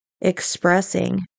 expressing